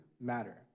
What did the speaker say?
matter